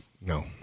No